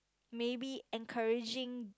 maybe encouraging